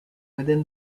within